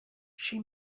she